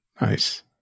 Nice